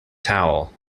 towel